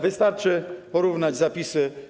Wystarczy porównać zapisy.